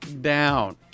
down